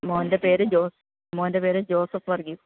മോൻ്റെ പേര് ജോസ് മോൻ്റെ പേര് ജോസഫ് വർഗീസ്